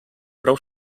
prou